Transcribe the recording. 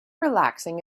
relaxing